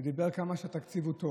ודיבר על כמה שהתקציב טוב.